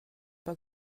pas